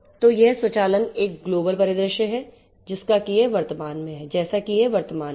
तो यह स्वचालन का एक ग्लोबल परिदृश्य है जैसा कि यह वर्तमान में है